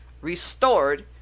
restored